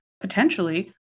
potentially